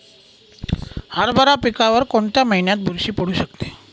हरभरा पिकावर कोणत्या महिन्यात बुरशी पडू शकते?